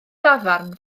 dafarn